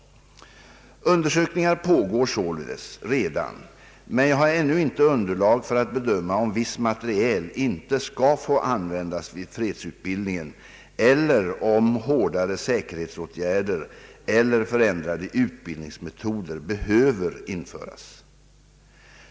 Undersökningar pågår således redan, men jag har ännu inte underlag för att bedöma om viss materiel inte skall få användas vid fredsutbildningen eller om hårdare säkerhetsåtgärder eller förändrade utbildningsmetoder behöver införas.